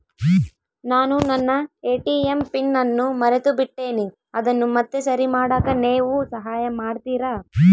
ನಾನು ನನ್ನ ATM pin ಅನ್ನು ಮರೆತುಬಿಟ್ಟೇನಿ ಅದನ್ನು ಮತ್ತೆ ಸರಿ ಮಾಡಾಕ ನೇವು ಸಹಾಯ ಮಾಡ್ತಿರಾ?